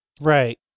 Right